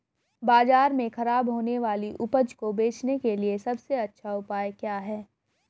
बाजार में खराब होने वाली उपज को बेचने के लिए सबसे अच्छा उपाय क्या है?